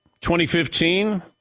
2015